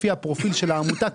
לפי הפרופיל של העמותה,